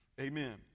amen